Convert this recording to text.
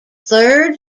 third